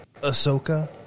Ahsoka